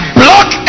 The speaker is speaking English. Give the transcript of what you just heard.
block